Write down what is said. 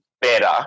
better